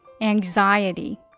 Anxiety